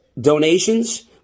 donations